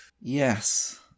Yes